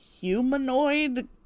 humanoid